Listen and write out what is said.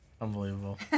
Unbelievable